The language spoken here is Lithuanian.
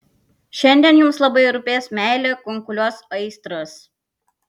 šiandien jums labai rūpės meilė kunkuliuos aistros